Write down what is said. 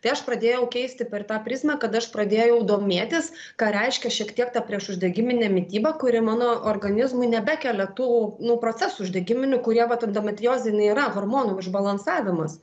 tai aš pradėjau keisti per tą prizmę kada aš pradėjau domėtis ką reiškia šiek tiek ta priešuždegiminė mityba kuri mano organizmui nebekelia tų nu procesų uždegiminių kurie va endometrioziniai yra hormonų išbalansavimas